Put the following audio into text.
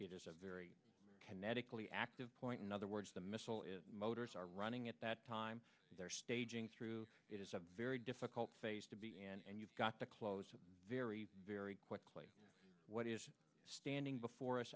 it is a very kinetically active point in other words the missile is motors are running at that time and they're staging through it is a very difficult phase to beat and you've got to close very very quickly what is standing before us